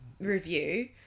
Review